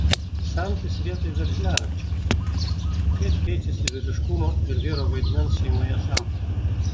samtis vietoj veržliarakčio kaip keičiasi vyriškumo ir vyro vaidmens šeimoje samprata